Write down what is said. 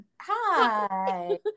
hi